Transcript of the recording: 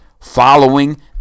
following